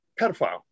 pedophile